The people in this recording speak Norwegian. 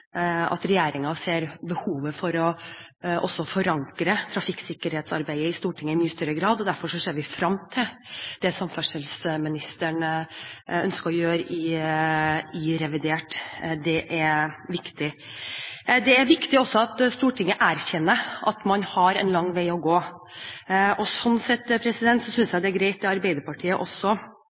at regjeringen ser behovet for å forankre trafikksikkerhetsarbeidet i Stortinget i mye større grad. Derfor ser vi frem til det samferdselsministeren ønsker å gjøre i revidert. Det er viktig. Det er også viktig at Stortinget erkjenner at man har en lang vei å gå. Sånn sett synes jeg det er greit det Arbeiderpartiet også